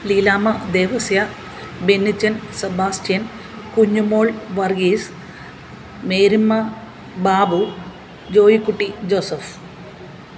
Leelamma Devasya Bennichan Sebastian Kunjumol Varghese Meramma Babu Joykutty Joseph